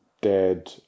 dead